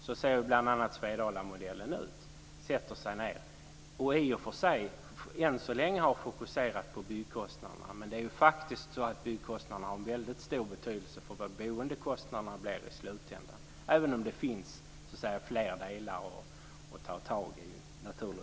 Så ser bl.a. Svedalamodellen ut. Än så länge har man fokuserat på byggkostnaderna. Men byggkostnaderna har en väldigt stor betydelse för vad boendekostnaderna blir i slutändan, även om det naturligtvis finns flera delar att ta tag i.